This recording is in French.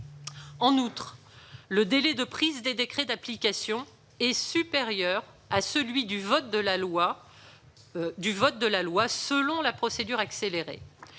En outre, le délai de prise des décrets d'application est supérieur à celui du vote de la loi selon la procédure accélérée